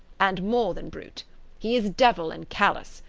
and more than brute he is devil in callous,